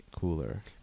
cooler